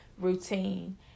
routine